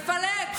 מפלג, מסית.